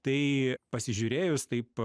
tai pasižiūrėjus taip